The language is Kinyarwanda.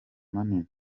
manini